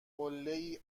قلهای